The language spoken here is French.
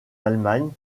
allemagne